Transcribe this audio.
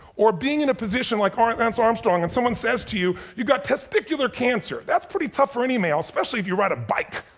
or being in a position like lance armstrong and someone says to you, you got testicular cancer. that's pretty tough for any male, especially if you ride a bike